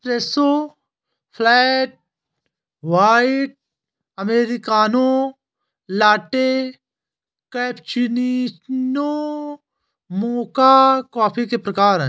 espresso, flat white, americano, latte, cappuccino, mocha coffee के प्रकार हैं